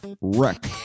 wreck